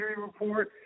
report